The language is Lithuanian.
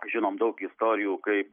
žinom daug istorijų kaip